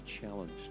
challenged